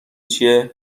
چیه